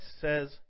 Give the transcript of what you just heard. says